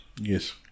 Yes